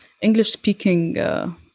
English-speaking